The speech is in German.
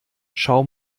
schau